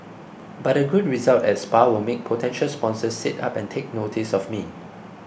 but a good result at spa will make potential sponsors sit up and take notice of me